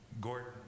Gordon